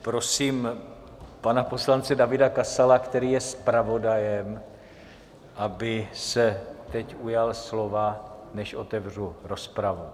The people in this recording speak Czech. Prosím pana poslance Davida Kasala, který je zpravodajem, aby se teď ujal slova, než otevřu rozpravu.